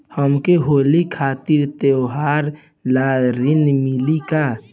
हमके होली खातिर त्योहार ला ऋण मिली का?